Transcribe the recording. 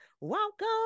welcome